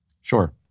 Sure